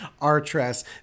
Artress